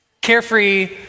Carefree